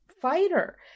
fighter